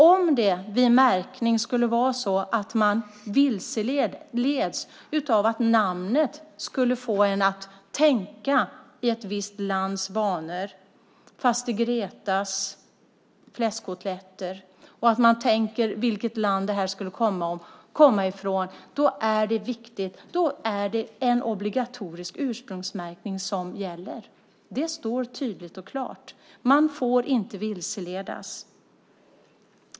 Om det vid märkning skulle vara så att man vilseleds av att namnet, låt oss säga Faster Gretas fläskkotletter, skulle få en att tänka i ett visst lands banor, att man tänker sig vilket land varan skulle komma från, då är det en obligatorisk ursprungsmärkning som gäller. Det står tydligt och klart. Man får inte vilseledas.